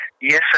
yes